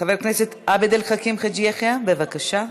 חבר הכנסת עבד אל חכים חאג' יחיא, בבקשה.